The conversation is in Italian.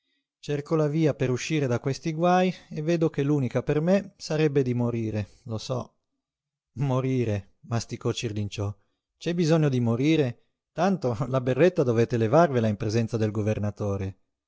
cerco la via per uscire da questi guaj e vedo che l'unica per me sarebbe di morire lo so morire masticò cirlinciò c'è bisogno di morire tanto la berretta dovete levarvela in presenza del governatore